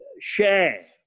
share